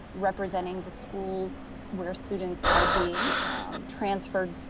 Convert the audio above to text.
representing the schools where students are being transferred,